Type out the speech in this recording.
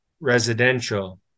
residential